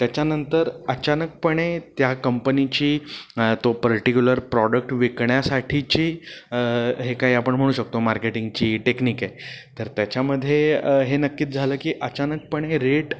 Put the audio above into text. त्याच्यानंतर अचानकपणे त्या कंपनीची तो पर्टिक्युलर प्रॉडक्ट विकण्यासाठीची हे काय आपण म्हणू शकतो मार्केटिंगची टेक्निक आहे तर त्याच्यामध्ये हे नक्कीच झालं की अचानकपणे रेट